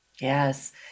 Yes